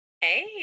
Hey